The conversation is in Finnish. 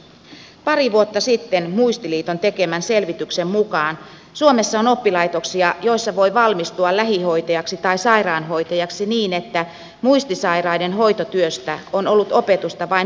muistiliiton pari vuotta sitten tekemän selvityksen mukaan suomessa on oppilaitoksia joissa voi valmistua lähihoitajaksi tai sairaanhoitajaksi niin että muistisairaiden hoitotyöstä on ollut opetusta vain muutamia tunteja